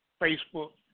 Facebook